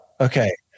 Okay